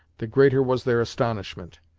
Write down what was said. the greater was their astonishment.